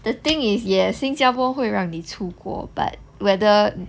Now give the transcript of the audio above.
the thing is yes 新加坡会让你出国 but whether